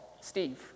Steve